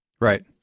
Right